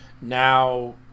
now